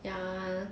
ya